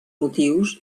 motius